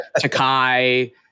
Takai